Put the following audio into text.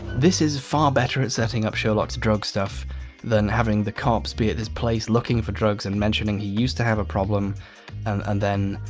this is far better at setting up sherlock's drug stuff than having the cops be at this place looking for drugs and mentioning he used to have a problem and then